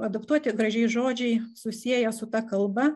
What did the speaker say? adaptuoti gražiai žodžiai susieja su ta kalba